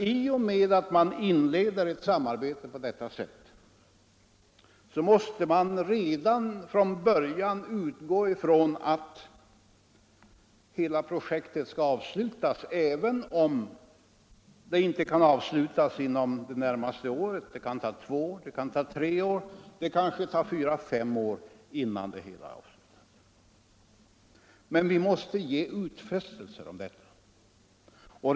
I och med att vi på detta sätt inleder ett samarbete med dessa länder måste vi redan från början utgå från att hela projektet skall avslutas, oavsett om detta inte kan ske inom det närmaste året utan kommer att ta två, tre, fyra eller fem år. Vi måste ge utfästelser härom.